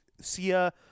Sia